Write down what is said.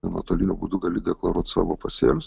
nuotoliniu būdu gali deklaruoti savo pasėlius